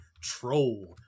Troll